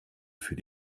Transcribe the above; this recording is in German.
für